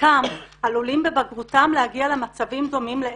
חלקם עלולים בבגרותם להגיע למצבים דומים לאלה,